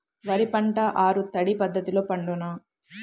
వరి పంట ఆరు తడి పద్ధతిలో పండునా?